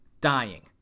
Dying